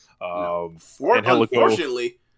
Unfortunately